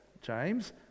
James